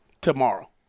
tomorrow